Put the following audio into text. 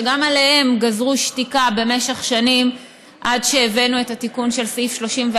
שגם עליהם גזרו שתיקה במשך שנים עד שהבאנו את התיקון של סעיף 34(א)